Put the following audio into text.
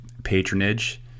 Patronage